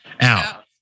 out